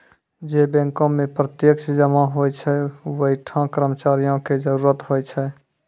जै बैंको मे प्रत्यक्ष जमा होय छै वैंठा कर्मचारियो के जरुरत होय छै